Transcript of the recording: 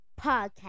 podcast